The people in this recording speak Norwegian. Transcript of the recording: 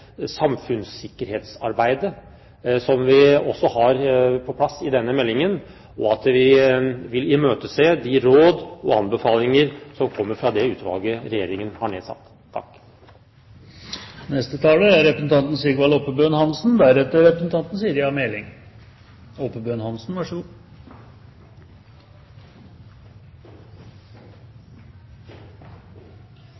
samfunnssikkerhetsarbeidet som vi også har på plass i denne meldingen, og vi vil imøtese de råd og anbefalinger som kommer fra det utvalget Regjeringen har nedsatt. Det er fint at det er så